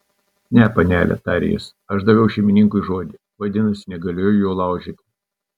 ne panele tarė jis aš daviau šeimininkui žodį vadinasi negaliu jo laužyti